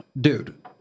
dude